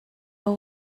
what